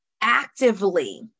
actively